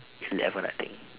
ever nothing